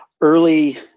early